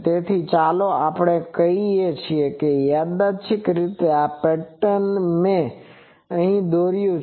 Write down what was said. તેથી ચાલો આપણે કહીએ કે યાદચ્છીક રીતે આ પેટર્ન મેં અહીં દોરયુ છે